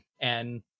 And-